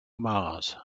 mars